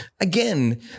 Again